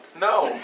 No